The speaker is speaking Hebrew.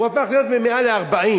הוא הפך להיות מ-100 ל-40.